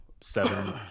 seven